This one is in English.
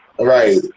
Right